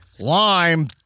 Lime